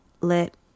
let